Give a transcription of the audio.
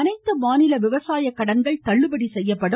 அனைத்து மாநில விவசாயக்கடன்களும் தள்ளுபடி செய்யப்படும்